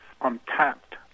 untapped